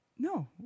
No